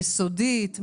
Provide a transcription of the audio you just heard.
יסודית,